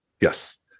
Yes